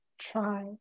try